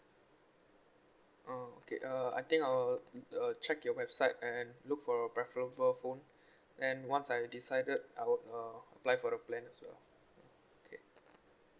uh okay uh I'll think I'll uh check your website and look for a preferable phone and once I decided I would uh apply for the plan as well okay